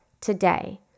today